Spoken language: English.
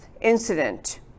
incident